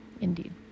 indeed